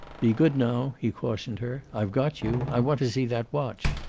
be good, now, he cautioned her. i've got you. i want to see that watch.